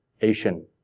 Asian